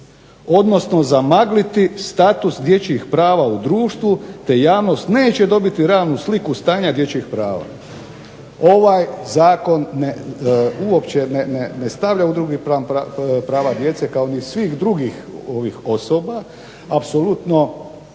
odnosno zamagliti status dječjih prava u društvu, te javnost neće dobiti realnu sliku stanja dječjih prava". Ovaj Zakon ne stavlja u drugi plan prava djece kao ni svih drugih osoba, apsolutno